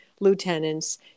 lieutenants